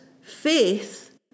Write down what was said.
Faith